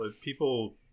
people